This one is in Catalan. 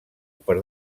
per